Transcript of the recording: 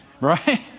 Right